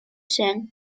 sang